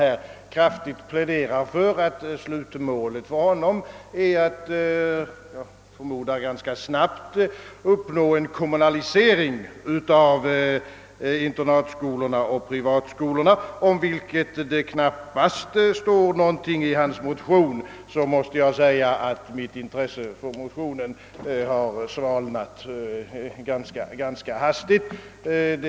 pläderar nu kraftigt för att slutmålet för honom är att — jag förmodar ganska snabbt — uppnå en kommunalisering av internatoch privatskolorna. Om detta står det knappast någonting i hans motion och jag måste säga att mitt intresse för motionen har svalnat ganska hastigt efter det att jag hört hans anförande.